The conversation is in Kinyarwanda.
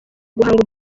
guhanga